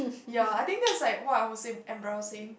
ya I think that's like what I would say embarrassing